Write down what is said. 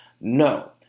No